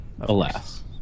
Alas